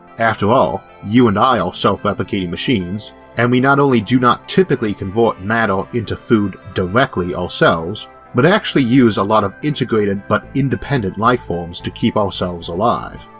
after all, you and i are self-replicating machines and we not only do not typically convert matter into food directly ourselves but actually use a lot of integrated but independent life forms to keep ourselves alive.